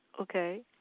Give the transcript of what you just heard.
Okay